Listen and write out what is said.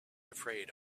afraid